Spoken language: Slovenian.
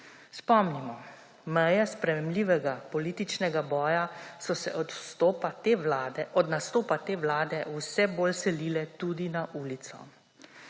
Spomnimo, meje spremenljivega političnega boja so se od nastopa te vlade vse bolj selile tudi na ulico.